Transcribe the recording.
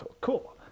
Cool